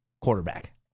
quarterback